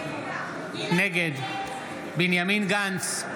נגד בנימין גנץ,